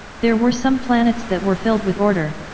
there were some planets that were filled with order,